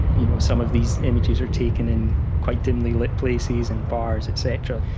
you know some of these images are taken in quite dimly lit places, in bars et cetera.